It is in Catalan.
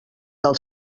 del